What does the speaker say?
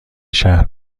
شهر